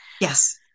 Yes